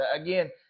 again